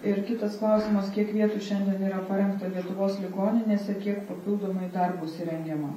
ir kitas klausimas kiek vietų šiandien yra parengta lietuvos ligoninėse kiek papildomai dar bus įrengiama